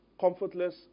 Comfortless